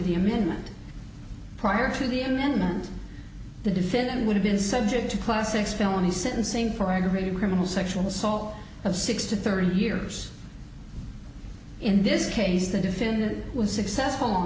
the amendment prior to the amendment the defendant would have been subject to classics felony sentencing for aggravated criminal sexual assault of six to thirty years in this case the defendant was successful